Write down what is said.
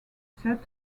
set